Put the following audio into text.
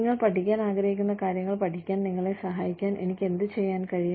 നിങ്ങൾ പഠിക്കാൻ ആഗ്രഹിക്കുന്ന കാര്യങ്ങൾ പഠിക്കാൻ നിങ്ങളെ സഹായിക്കാൻ എനിക്ക് എന്തുചെയ്യാൻ കഴിയും